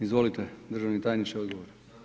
Izvolite, državni tajniče odgovor.